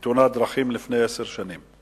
קצין, בתאונת דרכים לפני עשר שנים.